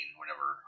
whenever